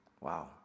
Wow